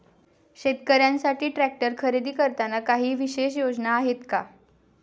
शेतकऱ्यांसाठी ट्रॅक्टर खरेदी करताना काही विशेष योजना आहेत का?